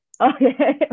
okay